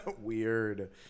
Weird